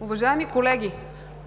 Уважаеми колеги,